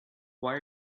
why